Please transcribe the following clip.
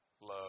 love